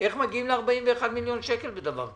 איך מגיעים ל-41 מיליון שקלים בדבר כזה?